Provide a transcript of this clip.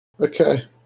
Okay